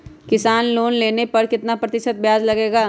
किसान लोन लेने पर कितना प्रतिशत ब्याज लगेगा?